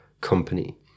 Company